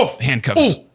Handcuffs